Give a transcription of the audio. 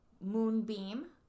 moonbeam